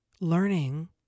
learning